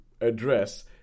address